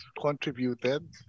contributed